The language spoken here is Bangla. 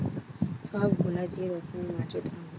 সব গুলা যে রকমের মাটির ধরন হতিছে